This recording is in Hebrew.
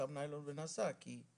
שם ניילון ונסע, כי האווירודינמיקה.